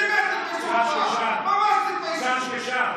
ממש תתביישו.